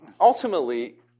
Ultimately